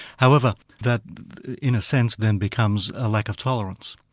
however, that in a sense then becomes a lack of tolerance.